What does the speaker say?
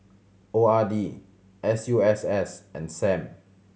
O R D S U S S and Sam